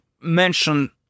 mention